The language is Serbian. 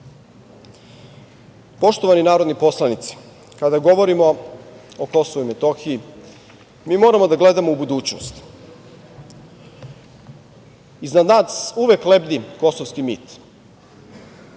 razgovora. Poštovani narodni poslanici, kada govorimo o Kosovu i Metohiji, mi moramo da gledamo u budućnost. Iznad nas uvek lebdi kosovski mit.